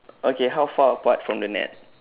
okay how far apart from the net